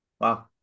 wow